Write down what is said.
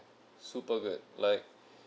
super good like